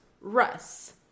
Russ